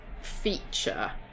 feature